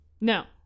No